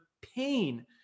pain